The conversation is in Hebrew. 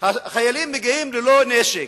החיילים מגיעים ללא נשק,